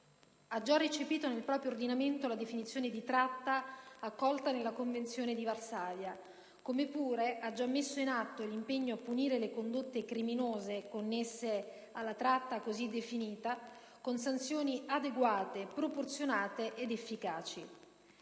ha già recepito nel proprio ordinamento la definizione di tratta accolta nella Convenzione di Varsavia, come pure ha già messo in atto l'impegno a punire le condotte criminose connesse alla tratta così definita con sanzioni adeguate, proporzionate ed efficaci.